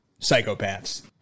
psychopaths